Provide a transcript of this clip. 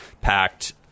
packed